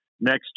next